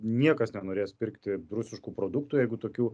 niekas nenorės pirkti rusiškų produktų jeigu tokių